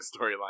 storyline